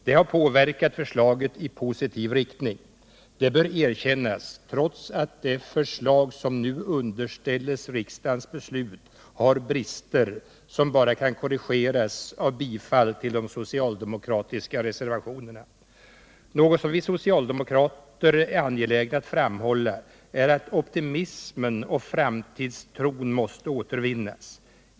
Det har påverkat förslaget i positiv riktning. Det bör erkännas trots att det förslag som nu underställs riksdagens beslut har brister som bara kan korrigeras genom ett bifall till de socialdemokratiska reservationerna. Något som vi socialdemokrater är angelägna att framhålla är att optimismen och framtidstron måste återvinnas.